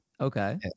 Okay